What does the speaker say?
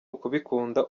ukubikunda